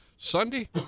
Sunday